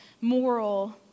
moral